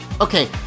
Okay